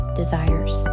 desires